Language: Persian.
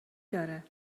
داره